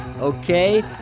okay